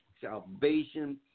salvation